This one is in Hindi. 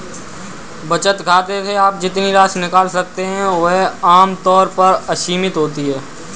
बचत खाते से आप जितनी राशि निकाल सकते हैं वह आम तौर पर असीमित होती है